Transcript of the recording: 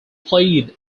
played